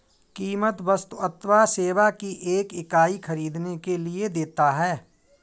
कीमत वस्तु अथवा सेवा की एक इकाई ख़रीदने के लिए देता है